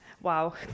wow